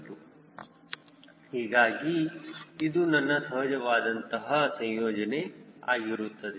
2 ಹೀಗಾಗಿ ಇದು ನನ್ನ ಸಹಜವಾದಂತಹ ಸಂಯೋಜನೆಯು ಆಗಿರುತ್ತದೆ